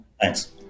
Thanks